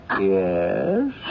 Yes